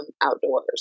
outdoors